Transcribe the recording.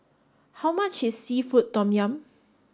how much is Seafood Tom Yum